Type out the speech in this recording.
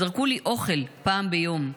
זרקו לי אוכל פעם ביום.